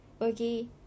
Okay